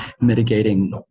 mitigating